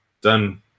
done